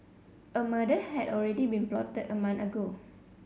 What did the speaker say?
a murder had already been plotted a month ago